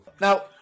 Now